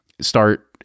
start